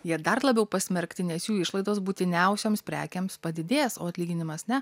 jie dar labiau pasmerkti nes jų išlaidos būtiniausioms prekėms padidės o atlyginimas ne